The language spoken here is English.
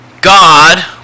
God